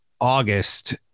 August